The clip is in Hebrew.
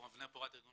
אני מארגון חותם.